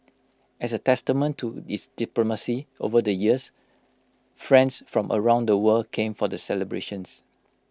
as A testament to its diplomacy over the years friends from around the world came for the celebrations